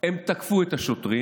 הם תקפו את השוטרים.